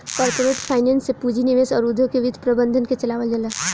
corporate finance से पूंजी निवेश अउर उद्योग के वित्त प्रबंधन के चलावल जाला